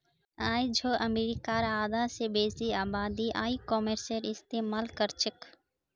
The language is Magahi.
आइझो अमरीकार आधा स बेसी आबादी ई कॉमर्सेर इस्तेमाल करछेक